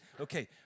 Okay